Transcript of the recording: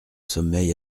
sommeil